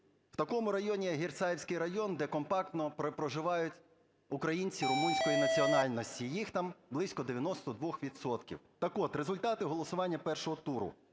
в такому районі, як Герцаївський район, де компактно проживають українці румунської національності, їх там близько 92 відсотків. Так от результати голосування першого туру: